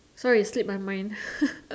sorry slip I mind